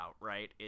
right